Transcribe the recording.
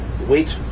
wait